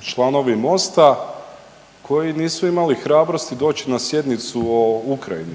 članovi MOST-a koji nisu imali hrabrosti doći na sjednicu o Ukrajini